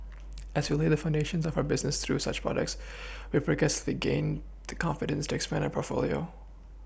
as we laid the foundations of our businesses through such projects we progressively gained the confidence to expand our portfolio